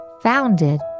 founded